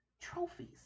trophies